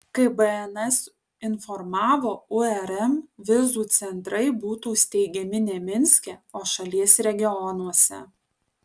kaip bns informavo urm vizų centrai būtų steigiami ne minske o šalies regionuose